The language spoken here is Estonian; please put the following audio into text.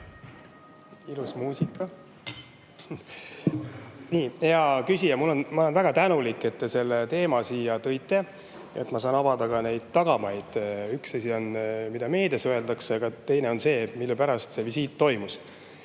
Ilus muusika. Nii. Hea küsija! Ma olen väga tänulik, et te selle teema siia tõite ja ma saan avada tagamaid. Üks asi on, mida meedias öeldakse, aga teine on see, mille pärast see visiit toimus.